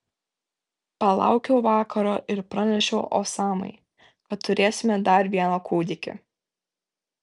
palaukiau vakaro ir pranešiau osamai kad turėsime dar vieną kūdikį